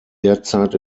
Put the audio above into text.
derzeit